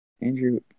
Andrew